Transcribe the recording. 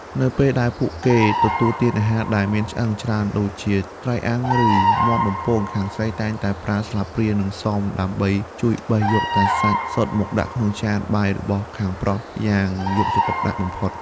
នៅពេលដែលពួកគេទទួលទានអាហារដែលមានឆ្អឹងច្រើនដូចជាត្រីអាំង ឬមាន់បំពង ខាងស្រីតែងតែប្រើស្លាបព្រា និងសម ដើម្បីជួយបេះយកតែសាច់សុទ្ធមកដាក់ក្នុងចានបាយរបស់ខាងប្រុសយ៉ាងយកចិត្តទុកដាក់បំផុត។